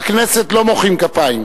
בכנסת לא מוחאים כפיים,